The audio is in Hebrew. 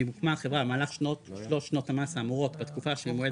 ואם הוקמה החברה במהלך שלוש שנות המס האמורות בתקופה שממועד